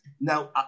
now